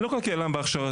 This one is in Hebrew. אני לא כלכלן בהכשרתי,